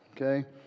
okay